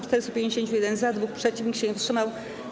451 - za, 2 - przeciw, nikt się nie wstrzymał.